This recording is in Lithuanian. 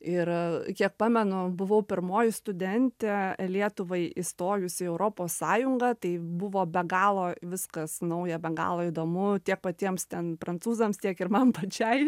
ir kiek pamenu buvau pirmoji studentė lietuvai įstojus į europos sąjungą tai buvo be galo viskas nauja be galo įdomu tiek patiems ten prancūzams tiek ir man pačiai